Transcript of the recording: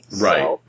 Right